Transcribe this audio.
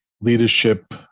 leadership